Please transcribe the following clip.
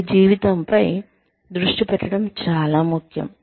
మీ జీవితంపై దృష్టి పెట్టడం చాలా ముఖ్యం